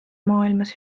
maailmas